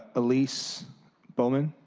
elise bolan.